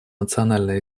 национальная